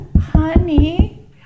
honey